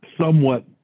somewhat